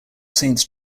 saints